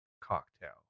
cocktail